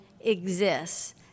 exists